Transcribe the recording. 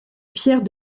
pierre